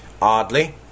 Oddly